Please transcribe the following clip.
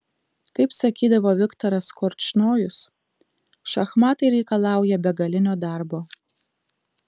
kaip sakydavo viktoras korčnojus šachmatai reikalauja begalinio darbo